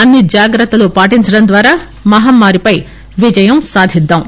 అన్ని జాగ్రత్తలను పాటించడం ద్వారా మహమ్మారిపై విజయం సాధిద్దాం